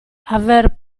aver